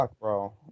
bro